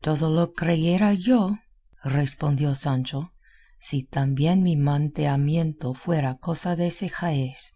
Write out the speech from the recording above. todo lo creyera yo respondió sancho si también mi manteamiento fuera cosa dese jaez